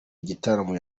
igitaramo